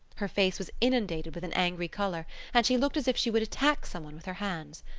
her face was inundated with an angry colour and she looked as if she would attack someone with her hands.